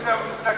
כבוד היושבת-ראש,